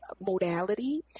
modality